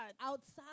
Outside